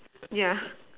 yeah